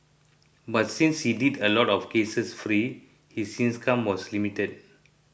but since he did a lot of cases free his income was limited